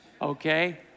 Okay